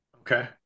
okay